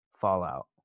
Fallout